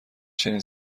چنین